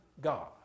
God